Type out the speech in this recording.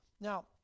Now